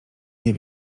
nie